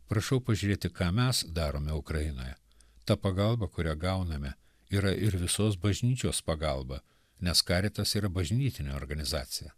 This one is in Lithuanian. prašau pažiūrėti ką mes darome ukrainoje ta pagalba kurią gauname yra ir visos bažnyčios pagalba nes karitas yra bažnytinė organizacija